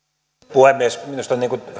puhemies minusta on